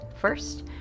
first